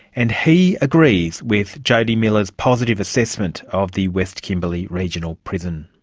and he agrees with jodi miller's positive assessment of the west kimberley regional prison.